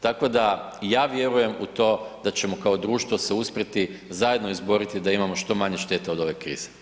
Tako da ja vjerujem u to da ćemo kao društvo se uspjeti zajedno izboriti da imamo što manje šteta od ove krize.